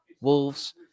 Wolves